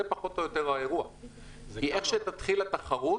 הרי איך שתתחיל התחרות